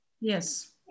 Yes